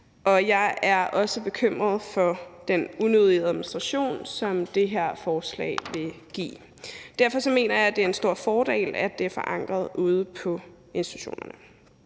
Og jeg er bekymret for den unødige administration, som det her forslag vil give. Derfor mener jeg, det er en stor fordel, at det er forankret ude på institutionerne.